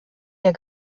der